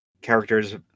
characters